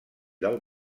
del